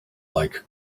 like